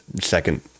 second